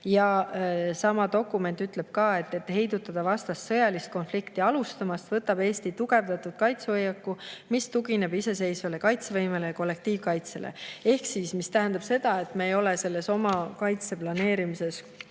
Sama dokument ütleb ka: "Et heidutada vastast sõjalist konflikti alustamast, võtab Eesti tugevdatud kaitsehoiaku, mis tugineb iseseisvale kaitsevõimele ja kollektiivkaitsele." See tähendab seda, et me ei ole oma kaitse planeerimises kuidagi